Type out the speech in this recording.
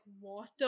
water